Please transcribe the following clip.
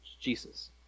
Jesus